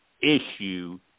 issue